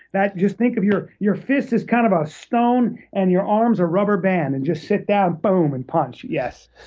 just think of your your fist as kind of a stone, and your arms are rubber band, and just sit down, boom, and punch, yes.